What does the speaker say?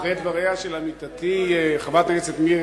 אחרי דבריה של עמיתתי חברת הכנסת מירי